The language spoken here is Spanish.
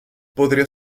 podría